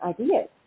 ideas